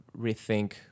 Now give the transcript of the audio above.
rethink